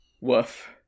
woof